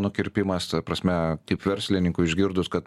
nukirpimas ta prasme kaip verslininkui išgirdus kad